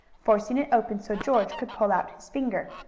forcing it open so george could pull out his finger.